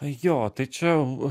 jo tai čia